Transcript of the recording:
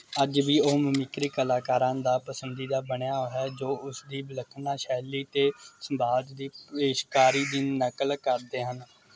ਅੱਜ ਵੀ ਉਹ ਮਮਿੱਕਰੀ ਕਲਾਕਾਰਾਂ ਦਾ ਪਸੰਦੀਦਾ ਬਣਿਆ ਹੈ ਜੋ ਉਸ ਦੀ ਵਿਲੱਖਣਾ ਸ਼ੈਲੀ ਅਤੇ ਸੰਵਾਦ ਦੀ ਪੇਸ਼ਕਾਰੀ ਦੀ ਨਕਲ ਕਰਦੇ ਹਨ